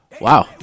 Wow